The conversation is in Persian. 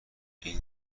این